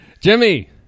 Jimmy